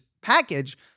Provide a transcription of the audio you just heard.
package